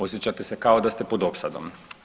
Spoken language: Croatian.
Osjećate se kao da ste pod opsadom.